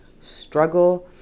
struggle